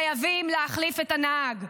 חייבים להחליף את הנהג.